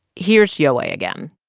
here's yowei again